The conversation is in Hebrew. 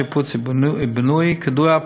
שיפוץ ובינוי: כידוע,